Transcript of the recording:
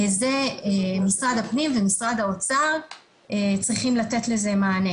משרד הפנים ומשרד האוצר צריכים לתת לזה מענה.